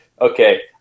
okay